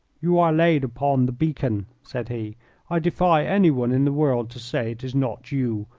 you are laid upon the beacon, said he i defy anyone in the world to say it is not you,